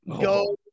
go